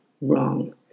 wrong